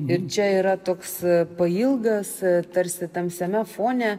ir čia yra toks pailgas tarsi tamsiame fone